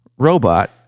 robot